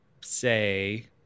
say